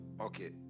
Okay